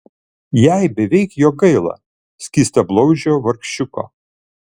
jai beveik jo gaila skystablauzdžio vargšiuko